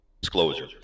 disclosure